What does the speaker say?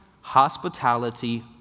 hospitality